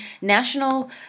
national